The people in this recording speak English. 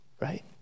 right